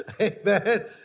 amen